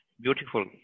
beautiful